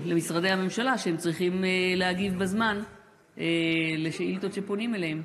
למשרדי הממשלה שהם צריכים להגיב בזמן על שאילתות כשפונים אליהם.